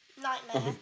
nightmare